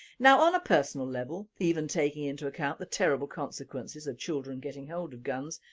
now on a personal level, even taking into account the terrible consequences of children getting hold of guns,